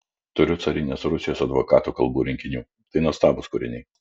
turiu carinės rusijos advokatų kalbų rinkinių tai nuostabūs kūriniai